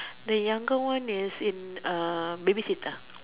the younger one is in uh babysitter